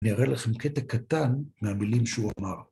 נראה לכם קטע קטן מהמילים שהוא אמר.